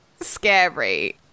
scary